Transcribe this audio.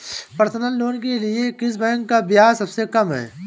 Personal loan के लिए किस बैंक का ब्याज सबसे कम है?